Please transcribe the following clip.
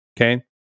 Okay